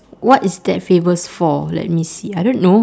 what is that famous for let me see I don't know